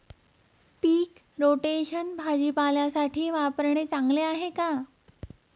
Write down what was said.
पीक rotation भाजीपाल्यासाठी वापरणे चांगले आहे का?